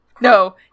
No